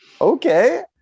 okay